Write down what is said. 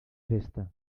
festa